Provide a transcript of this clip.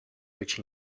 which